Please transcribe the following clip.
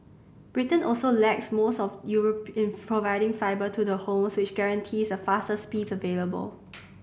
Britain also lags most of in providing fibre to the home which guarantees are fastest speeds available